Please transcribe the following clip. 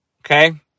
Okay